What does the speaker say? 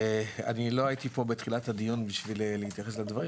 אני לא הייתי פה בתחילת הדיון בשביל להתייחס לדברים